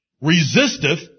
resisteth